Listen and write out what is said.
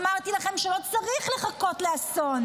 אמרתי לכם שלא צריך לחכות לאסון.